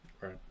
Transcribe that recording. Right